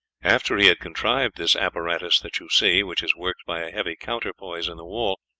after he had contrived this apparatus that you see, which is worked by a heavy counterpoise in the wall,